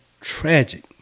tragic